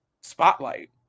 spotlight